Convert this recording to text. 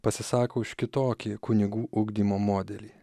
pasisako už kitokį kunigų ugdymo modelį